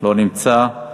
לא נמצא.